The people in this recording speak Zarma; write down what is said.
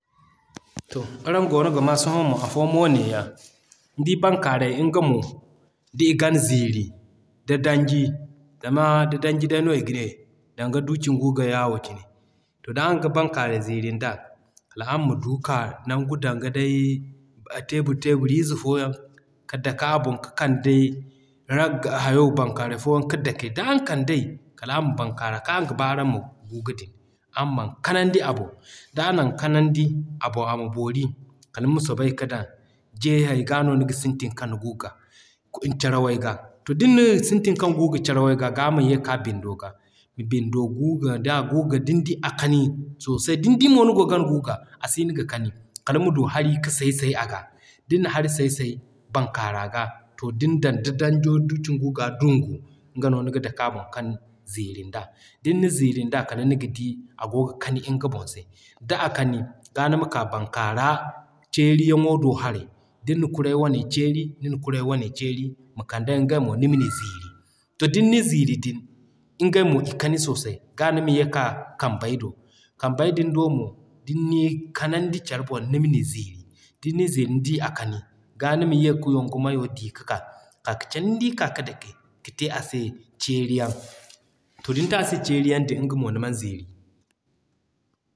To araŋ goono ga maa sohõ mo afo mo neeya. Nidi bankaaray nga mo d'i gan ziiri nda danji, zama da danji day no iga ne danga yawo cine. To da araŋ ga bankaaray ziiri nda, kala araŋ ma du k'a nangu danga day tebur tebur ize fo yaŋ ka dake a boŋ ka kande ragga hayo bankaaray fo yaŋ ka dake. Da araŋ kandey, kala araŋ ma bankaara kaŋ araŋ ga b'a araŋ ma guga din, araŋ man kanandi a boŋ, da araŋ na kanandi a boŋ ama boori, kala nima soobay ka dan jeeray ga no niga sintin gan guga carawey ga. Din na sintin kaŋ guga carawey ga, g'a ma ye k'a bindo ga, ma bindo guga d'a guga din di a kani sosai, din di mo ni goo gan guga a siino ga kani, kaliŋ ma du hari ka say say aga, din na hari say say Bankaara ga, to din dan, da danjo tun da guga dungu, nga no niga dake a boŋ kan ziiri nda. Din na ziiri nda kala niga d'i a goo kani nga boŋ se. D'a kani, g'a nima ka Bankaara ceeri yaŋo do haray. Din na kurey wane ceeri, nina kurey wane ceeri, ma kande ngey mo nima ni ziiri. Da din ni ziiri din, ngey mo i kani sosai, g'a nima ye k'a kambey do. Kambey din do mo din n'i kanandi care boŋ nima ni ziiri, din ni ziiri nidi a kani g'a nima ye ka nangu mayo di ka k'a ka cannndi k'a ka dake ka te a se ceeri yaŋ. To din te ase ceeri yaŋ, nga mo niman ziiri.